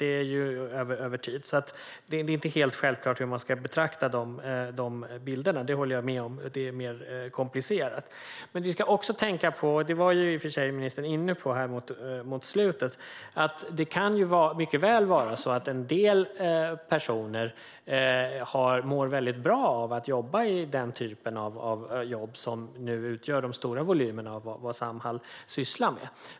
Det är alltså inte helt självklart hur man ska betrakta dessa bilder, utan jag håller med om att det är mer komplicerat. Vi ska också tänka på, vilket ministern i och för sig var inne på mot slutet, att det mycket väl kan vara så att en del personer mår väldigt bra av att jobba i den typen av jobb som nu utgör de stora volymerna av vad Samhall sysslar med.